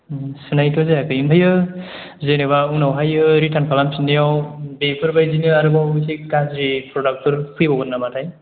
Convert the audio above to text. उम सुनायथ' जायाखै ओमफ्राय जेन'बा उनावहायो रिटार्न खालाम फिननायाव बेफोरबायदिनो आरोबाव एसे गाज्रि प्रदाक्टफोर फैबावगोन नामाथाय